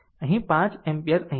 આમ 5 એમ્પીયર અહીં છે